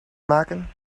maken